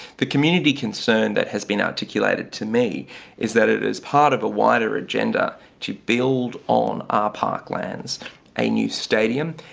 the community concern that has been articulated to me is that it is part of a wider agenda to build on our parklands a new stadium.